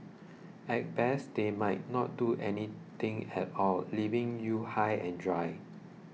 at best they might not do anything at all leaving you high and dry